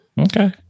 Okay